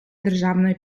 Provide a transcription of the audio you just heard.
державної